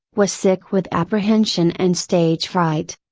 was sick with apprehension and stage fright.